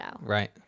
Right